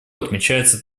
отмечается